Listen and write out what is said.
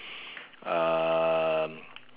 um